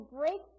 break